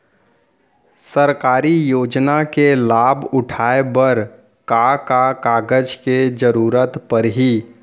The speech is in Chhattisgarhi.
सरकारी योजना के लाभ उठाए बर का का कागज के जरूरत परही